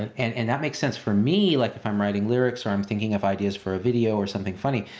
and and that makes sense. for me, like if i'm writing lyrics or i'm thinking of ideas for a video or something funny,